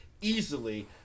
easily